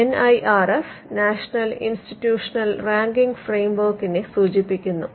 N I R F national institutional ranking ഫ്രെയിംവർക്കിനെ സൂചിപ്പിക്കുന്നു